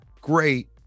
great